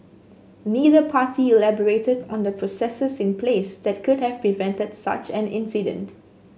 neither party elaborated on the processes in place that could have prevented such an incident